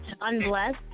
Unblessed